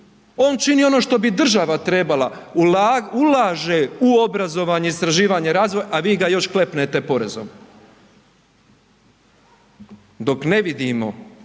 on čini ono što bi država trebala ulagati, ulaže u obrazovanje, istraživanje i razvoj, a vi ga još klepnete porezom. Dok ne vidimo